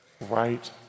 right